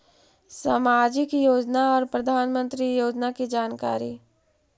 समाजिक योजना और प्रधानमंत्री योजना की जानकारी?